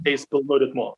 eis pilnu ritmu